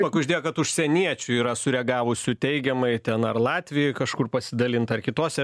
pakuždėjo kad užsieniečių yra sureagavusių teigiamai ten ar latvijoj kažkur pasidalinta ar kitose